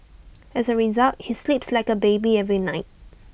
as A result he sleeps like A baby every night